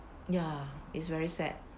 ya it's very sad